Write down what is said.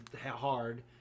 hard